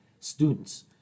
students